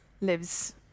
lives